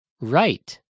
Right